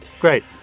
Great